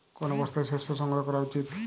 কোন অবস্থায় শস্য সংগ্রহ করা উচিৎ?